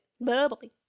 Bubbly